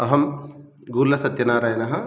अहं गुल्लसत्यनारायणः